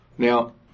Now